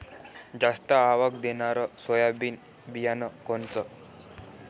जास्त आवक देणनरं सोयाबीन बियानं कोनचं?